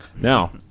Now